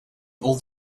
old